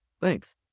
Thanks